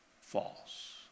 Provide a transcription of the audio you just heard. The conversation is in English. false